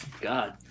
God